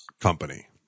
company